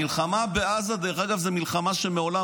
המלחמה בעזה היא מלחמה שאף